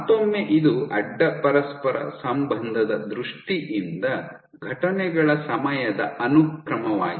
ಮತ್ತೊಮ್ಮೆ ಇದು ಅಡ್ಡ ಪರಸ್ಪರ ಸಂಬಂಧದ ದೃಷ್ಟಿಯಿಂದ ಘಟನೆಗಳ ಸಮಯದ ಅನುಕ್ರಮವಾಗಿದೆ